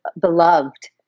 beloved